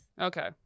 okay